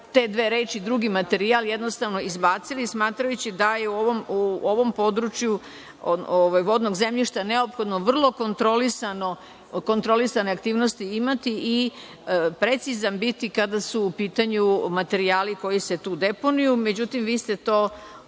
te dve reči „drugi materijal“ jednostavno izbacili, smatrajući da je u ovom području vodnog zemljišta neophodno vrlo kontrolisane aktivnosti imati i precizan biti kada su u pitanju materijali koji se tu deponuju. Međutim, vi ste to odbacili